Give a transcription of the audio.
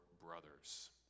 brothers